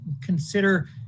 consider